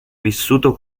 vissuto